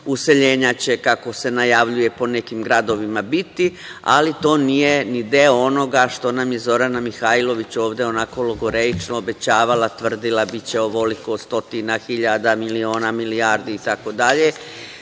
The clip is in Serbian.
useljenja će, kako se najavljuje po nekim gradovima biti, ali to nije ni deo onoga što nam je Zorana Mihajlović ovde onako logoreično obećavala, tvrdila, biće ovoliko stotina, hiljada, miliona, milijardi i